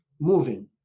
moving